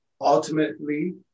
Ultimately